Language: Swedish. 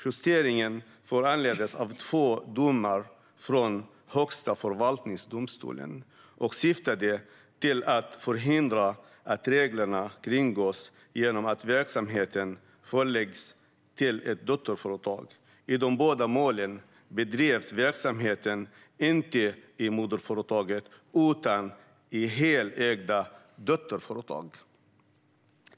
Justeringen föranleddes av två domar från Högsta förvaltningsdomstolen och syftade till att förhindra att reglerna kringgås genom att verksamheten förläggs till ett dotterföretag. I de båda målen bedrevs verksamheten inte i moderföretaget utan i helägda dotterföretag.